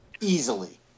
Easily